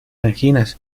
anginas